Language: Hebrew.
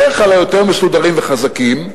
בדרך כלל היותר מסודרים וחזקים,